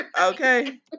Okay